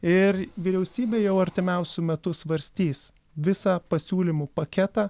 ir vyriausybė jau artimiausiu metu svarstys visą pasiūlymų paketą